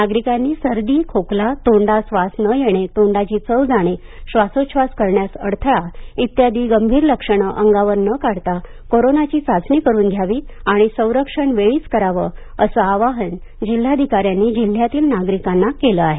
नागरिकांनी सर्दी खोकला तोंडास वास न येणे तोंडाची चव जाणे श्वासोच्छवास करण्यास अडथळा इत्यादी गंभीर लक्षणं अंगावर न काढता कोरोनाची चाचणी करून घ्यावी आणि संरक्षण वेळीच करावं असं आवाहन जिल्हाधिकाऱ्यांनी जिल्ह्यातील नागरिकांना केलं आहे